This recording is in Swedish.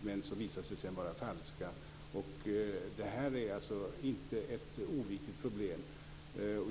men sedan visar sig vara falska. Det här är alltså inte ett oviktigt problem.